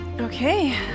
Okay